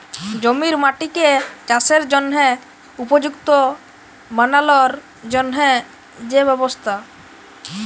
জমির মাটিকে চাসের জনহে উপযুক্ত বানালর জন্হে যে ব্যবস্থা